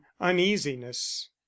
uneasiness